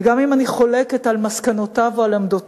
וגם אם אני חולקת על מסקנותיו או על עמדותיו,